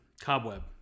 Cobweb